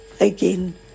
again